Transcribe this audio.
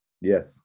yes